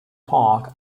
park